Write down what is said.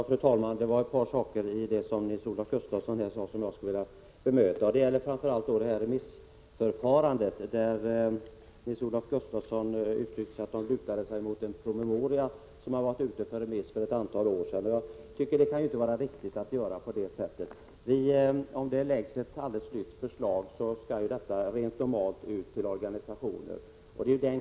Fru talman! Nils-Olof Gustafsson sade ett par saker som jag skulle vilja bemöta. Det gäller till att börja med remissförfarandet. Nils-Olof Gustafsson stödde sig på en promemoria som varit ute på remiss för ett antal år sedan. Det kan inte vara riktigt att göra på det sättet. Om det framläggs ett helt nytt förslag skall ju detta normalt ut på remiss till organisationerna.